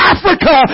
Africa